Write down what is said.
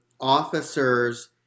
officers